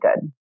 good